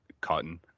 cotton